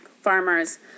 farmers